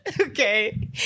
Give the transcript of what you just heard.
okay